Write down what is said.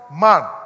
man